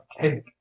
cake